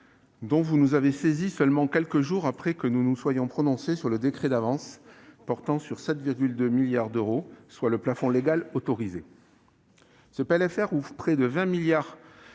-dont vous nous avez saisis seulement quelques jours après que nous nous sommes prononcés sur le décret d'avance portant sur 7,2 milliards d'euros, soit le plafond légal autorisé. Ce PLFR ouvre près de 20 milliards